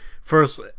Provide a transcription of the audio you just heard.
first